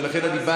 ולכן אני בא,